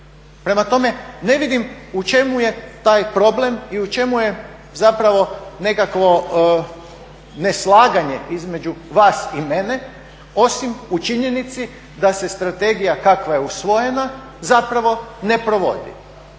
Prema tome, ne vidim u čemu je taj problem i u čemu je zapravo nekakvo neslaganje između vas i mene osim u činjenici da se strategija kakva je usvojena zapravo ne provodi.